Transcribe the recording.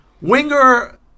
Winger